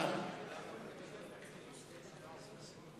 כהצעת הוועדה,